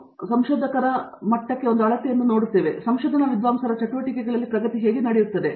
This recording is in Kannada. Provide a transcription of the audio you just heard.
ಮತ್ತು ಸಹಜವಾಗಿ ಸಾಮಾನ್ಯವಾಗಿ ನಾವು ಪ್ರಕಟಣೆಯನ್ನು ಒಂದು ಅಳತೆಯಾಗಿ ನೋಡುತ್ತೇವೆ ಸಂಶೋಧನಾ ವಿದ್ವಾಂಸರ ಚಟುವಟಿಕೆಗಳಲ್ಲಿ ಪ್ರಗತಿ ಹೇಗೆ ನಡೆಯುತ್ತಿದೆ